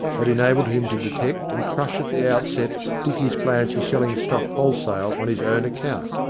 had enabled him to detect and crush at the outset dicky's plans for selling stock wholesale on his own account.